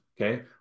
okay